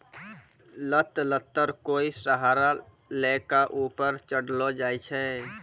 लत लत्तर कोय सहारा लै कॅ ऊपर चढ़ैलो जाय छै